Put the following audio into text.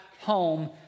home